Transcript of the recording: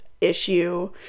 Issue